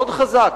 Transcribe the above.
מאוד חזק,